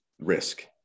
risk